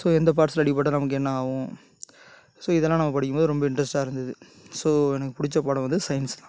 so இந்த பார்ட்ஸில் அடிப்பட்டால் நமக்கு என்னாகும் ஸோ இதல்லாம் நம்ம படிக்கும்போது ரொம்ப இன்ட்ரெஸ்ட்டாக இருந்தது ஸோ எனக்கு பிடிச்ச பாடம் வந்து சயின்ஸ் தான்